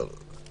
לא, לא.